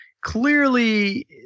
Clearly